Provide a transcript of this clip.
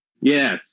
yes